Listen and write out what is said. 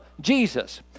Jesus